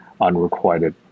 unrequited